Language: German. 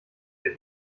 der